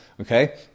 okay